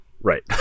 Right